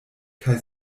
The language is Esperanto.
kaj